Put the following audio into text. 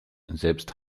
selbst